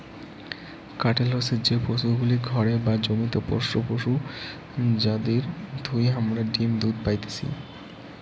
কাটেল হসে যে পশুগুলি ঘরে বা জমিতে পোষ্য পশু যাদির থুই হামারা ডিম দুধ পাইতেছি